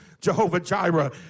Jehovah-Jireh